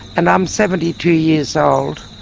and i'm seventy two years old,